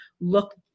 look